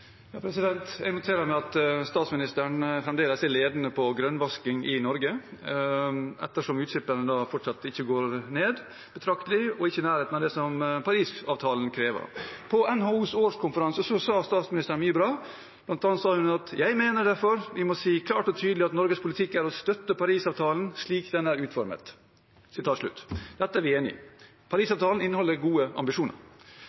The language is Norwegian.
Jeg noterer meg at statsministeren fremdeles er ledende innen grønnvasking i Norge, ettersom utslippene fortsatt ikke går betraktelig ned – og ikke i nærheten av det Parisavtalen krever. På NHOs årskonferanse sa statsministeren mye bra, bl.a.: «Jeg mener derfor vi må si klart og tydelig at Norges politikk er å støtte Paris-avtalen slik den er utformet.» Dette er vi enig i.